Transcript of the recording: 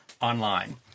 online